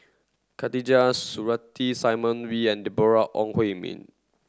Khatijah Surattee Simon Wee and Deborah Ong Hui Min